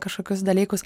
kažkokius dalykus